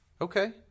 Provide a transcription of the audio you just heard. Okay